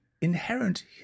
inherent